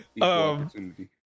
opportunity